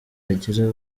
yagira